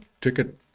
ticket